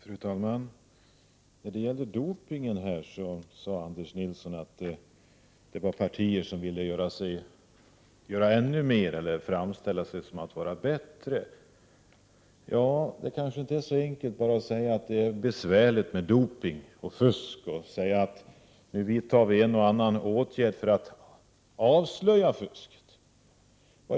Fru talman! När det gäller doping sade Anders Nilsson att vissa partier ville göra ännu mer eller framställa sig som bättre. Det kanske inte är så enkelt som att bara säga att det är besvärligt med doping och fusk, nu vidtar vi en och annan åtgärd för att avslöja fusket.